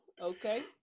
Okay